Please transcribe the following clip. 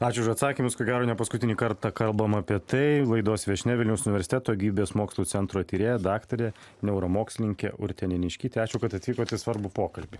ačiū už atsakymus ko gero ne paskutinį kartą kalbam apie tai laidos viešnia vilniaus universiteto gyvybės mokslų centro tyrėja daktarė neuromokslininkė urtė neniškytė ačiū kad atvykot į svarbų pokalbį